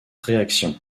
réaction